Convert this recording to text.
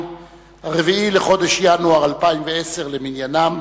4 בחודש ינואר 2010 למניינם.